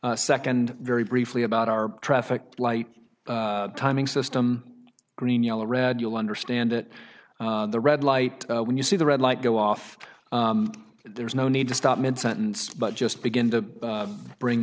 second very briefly about our traffic light timing system green yellow red you'll understand that the red light when you see the red light go off there's no need to stop mid sentence but just begin to bring